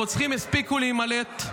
הרוצחים הספיקו להימלט.